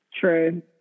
True